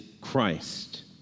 Christ